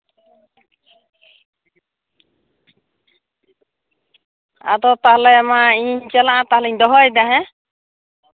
ᱟᱫᱚ ᱛᱟᱦᱚᱞᱮ ᱢᱟ ᱤᱧ ᱪᱟᱞᱟᱜᱼᱟ ᱛᱟᱦᱚᱞᱮᱧ ᱫᱚᱦᱚᱭᱮᱫᱟ ᱦᱮᱸ